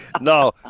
No